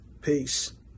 Peace